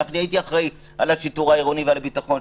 הייתי אחראי על השיטור העירוני ועל הביטחון.